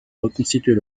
reconstituer